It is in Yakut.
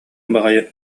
баҕайы